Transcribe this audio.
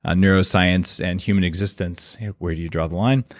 ah neuroscience, and human existence where do you draw the line?